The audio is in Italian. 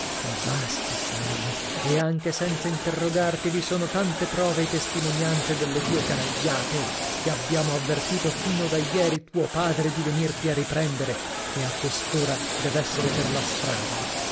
ma basta sai e anche senza interrogarti vi sono tante prove e testimonianze delle tue canagliate che abbiamo avvertito fino da ieri tuo padre di venirti a riprendere e a quest'ora dev'essere per la strada